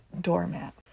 doormat